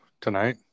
Tonight